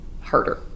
harder